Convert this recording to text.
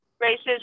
races